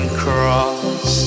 cross